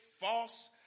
false